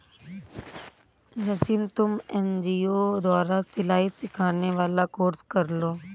रश्मि तुम एन.जी.ओ द्वारा सिलाई सिखाने वाला कोर्स कर लो